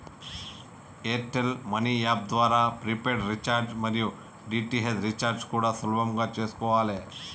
air tell money app ద్వారా prepaid recharge మరియు DTH recharge కూడా సులభంగా చేసుకోవాలే